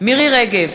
מירי רגב,